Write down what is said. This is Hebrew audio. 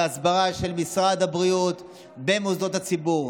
הסברה של משרד הבריאות במוסדות הציבור,